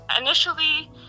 initially